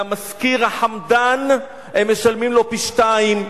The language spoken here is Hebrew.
למשכיר החמדן הם משלמים לו פי-שניים,